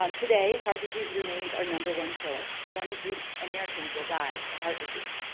um today, heart disease remains our number one killer. one in three americans will die of heart disease.